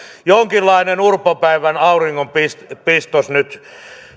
jonkinlainen urpon päivän auringonpistos nyt